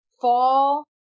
fall